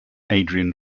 adrian